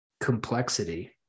complexity